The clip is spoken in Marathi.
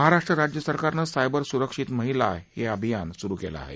महाराष्ट्र राज्य सरकारनं सायबर सुरक्षित महिला हे अभियान सुरु केलं आहे